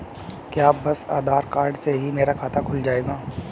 क्या बस आधार कार्ड से ही मेरा खाता खुल जाएगा?